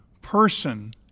person